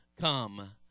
come